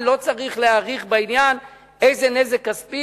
לא צריך להאריך בעניין איזה נזק כספי